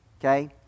Okay